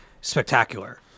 spectacular